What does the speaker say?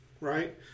Right